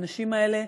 האנשים האלה,